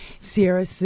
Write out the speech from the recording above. Sierra